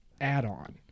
add-on